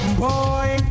boy